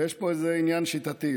ויש פה איזה עניין שיטתי.